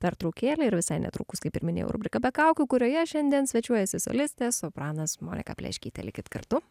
pertraukėlė ir visai netrukus kaip ir minėjau rubrika be kaukių kurioje šiandien svečiuojasi solistė sopranas monika pleškytė likit kartu